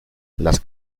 las